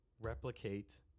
replicate